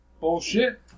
Bullshit